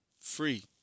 Free